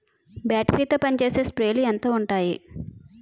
Battery తో పనిచేసే స్ప్రేలు ఎంత ఉంటాయి?